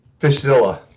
Fishzilla